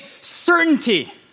Certainty